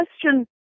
question